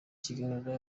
kiganiro